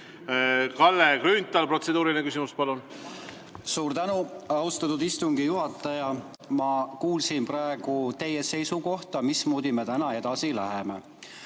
Kalle Grünthal, protseduuriline küsimus, palun! Suur tänu, austatud istungi juhataja! Ma kuulsin praegu teie seisukohta, mismoodi me täna edasi läheme.